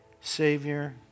Savior